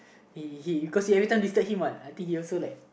he he cause he everytime disturb him what I think he also like